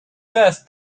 death